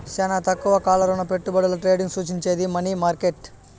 శానా తక్కువ కాల రుణపెట్టుబడుల ట్రేడింగ్ సూచించేది మనీ మార్కెట్